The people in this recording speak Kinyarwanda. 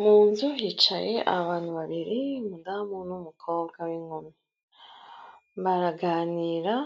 Mu nzu hicaye abantu babiri, umudamu n'umukobwa w'inkumi. Baraganira,